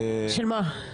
שמה?